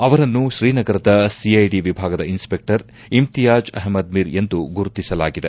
ಅವರನ್ನು ತ್ರೀನಗರದ ಸಿಐಡಿ ವಿಭಾಗದ ಸಬ್ಇನ್ಸ್ಶೆಕ್ಟರ್ ಅಮ್ತಿಯಾಜ್ ಅಹ್ಮದ್ ಮಿರ್ ಎಂದು ಗುರುತಿಸಲಾಗಿದೆ